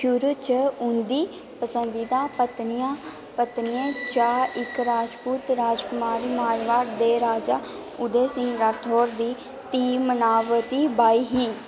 शुरू च उं'दी पसंदीदा पत्नियां पत्नियें चा इक राजपूत राजकुमारी मारवाड़ दे राजा उदय सिंह राठौर दी धीऽ मनावती बाई ही